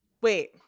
Wait